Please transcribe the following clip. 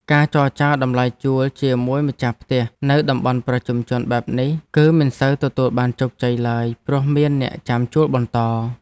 ការចរចាតម្លៃជួលជាមួយម្ចាស់ផ្ទះនៅតំបន់ប្រជុំជនបែបនេះ គឺមិនសូវទទួលបានជោគជ័យឡើយព្រោះមានអ្នកចាំជួលបន្ត។